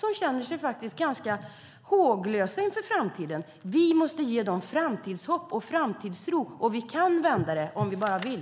De känner sig faktiskt ganska håglösa inför framtiden. Vi måste ge dem framtidshopp och framtidstro, och vi kan vända detta om vi bara vill.